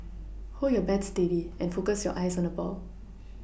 hold your bat steady and focus your eyes on the ball